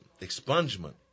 expungement